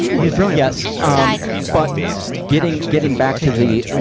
he's brilliant. yes. um but getting, getting back to the,